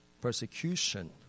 persecution